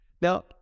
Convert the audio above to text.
Now